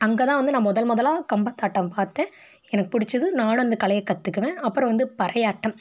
அங்கே தான் வந்து நான் முதல் முதலா கம்பத்தாட்டம் பார்த்தேன் எனக்கு பிடிச்சிது நானும் அந்து கலையை கத்துக்குறேன் அப்புறம் வந்து பறை ஆட்டம்